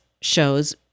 shows